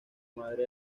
madre